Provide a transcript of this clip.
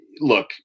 look